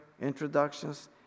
introductions